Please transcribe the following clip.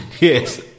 Yes